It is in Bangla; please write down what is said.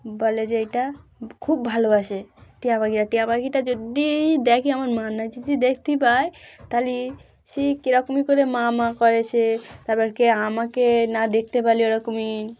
বলে যে এইটা খুব ভালোবাসে টিয়া পাখিটার টিয়া পাখিটা যদি দেখে আমার মার না যদি দেখতে পায় তাহলে সে কীরকমই করে মা মা করে সে তারপর কি আমাকে না দেখতে পারলে ওরকমই